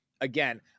Again